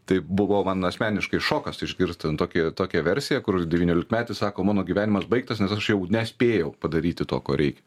tai buvo man asmeniškai šokas išgirst ten tokią tokią versiją kur devyniolikmetis sako mano gyvenimas baigtas nes aš jau nespėjau padaryti to ko reikia